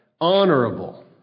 honorable